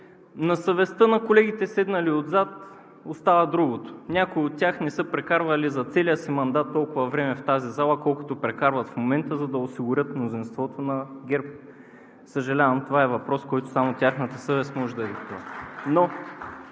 На съвестта на колегите, седнали отзад, остава другото – някои от тях не са прекарвали за целия си мандат толкова време в тази зала, колкото прекарват в момента, за да осигурят мнозинството на ГЕРБ. Съжалявам, това е въпрос, който само тяхната съвест може да реши.